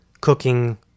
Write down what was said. cooking